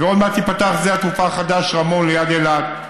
ועוד מעט ייפתח שדה התעופה החדש רמון, ליד אילת.